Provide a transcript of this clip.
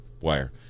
wire